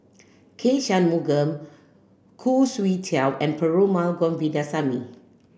K Shanmugam Khoo Swee Chiow and Perumal Govindaswamy